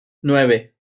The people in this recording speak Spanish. nueve